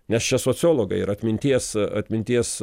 nes čia sociologai ir atminties atminties